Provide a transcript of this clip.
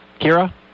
Kira